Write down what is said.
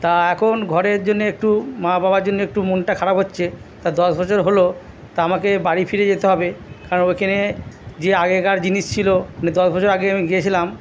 তা এখন ঘরের জন্যে একটু মা বাবার জন্যে একটু মনটা খারাপ হচ্ছে আজ দশ বছর হল আমাকে বাড়ি ফিরে যেতে হবে কারণ এখানে যে আগেকার জিনিস ছিল মানে দশ বছর আগে গিয়েছিলাম